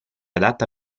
adatta